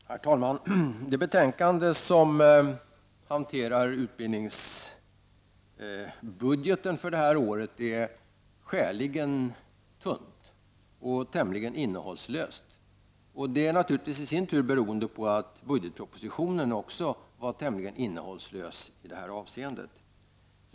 Herr talman! Det betänkande som behandlar utbildningsbudgeten för detta år är skäligen tunt och tämligen innehållslöst. Det i sin tur beror naturligtvis på att också budgetpropositionen var tämligen innehållslös i detta av seende.